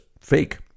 fake